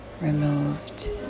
removed